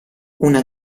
una